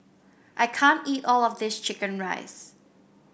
I can't eat all of this chicken rice